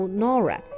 Nora